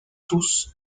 tous